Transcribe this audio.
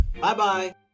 Bye-bye